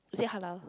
is it Halal